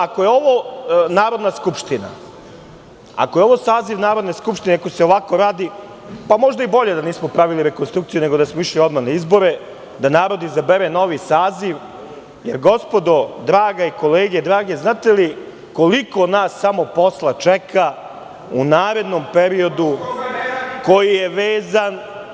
Ako je ovo Narodna skupština, ako je ovo saziv Narodne skupštine i ako se ovako radi, možda i bolje da nismo pravili rekonstrukciju, nego da smo išli odmah na izbore, da narod izabere novi saziv, jer drage kolege, znate li koliko nas samo posla čeka u narednom periodu koji je vezan…